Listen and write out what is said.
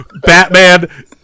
Batman